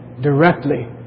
directly